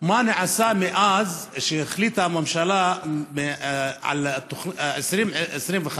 מה נעשה מאז החלטת הממשלה על 2025,